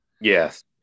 Yes